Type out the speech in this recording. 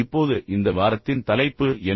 இப்போது இந்த வாரத்தின் தலைப்பு என்ன